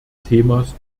themas